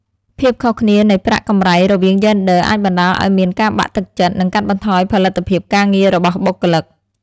ភាពខុសគ្នានៃប្រាក់កម្រៃរវាងយេនឌ័រអាចបណ្តាលឱ្យមានការបាក់ទឹកចិត្ត និងកាត់បន្ថយផលិតភាពការងាររបស់បុគ្គលិក។